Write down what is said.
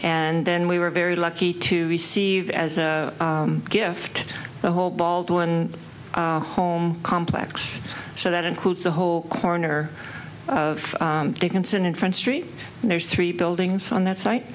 and then we were very lucky to receive as a gift the whole baldwin home complex so that includes the whole corner of the concern in front street there's three buildings on that site